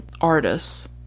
artists